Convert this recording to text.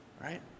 Right